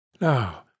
Now